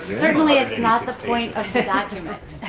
certainly is not the point of the document.